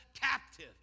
Captive